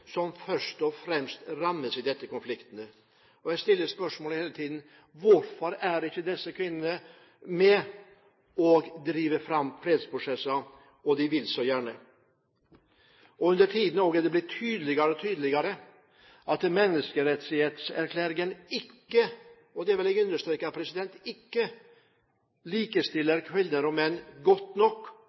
som først og fremst rammes i disse konfliktene. Jeg stiller hele tiden dette spørsmålet: Hvorfor er ikke disse kvinnene med og driver fram fredsprosesser? De vil så gjerne. Undertiden er det blitt tydeligere og tydeligere at menneskerettighetserklæringen ikke – jeg vil understreke ikke – likestiller kvinner og menn godt nok,